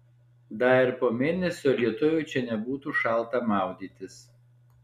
dar ir po mėnesio lietuviui čia nebūtų šalta maudytis